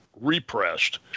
repressed